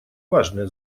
важное